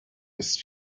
ist